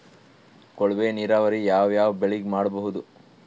ಕೊಳವೆ ನೀರಾವರಿ ಯಾವ್ ಯಾವ್ ಬೆಳಿಗ ಮಾಡಬಹುದು?